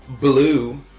blue